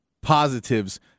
positives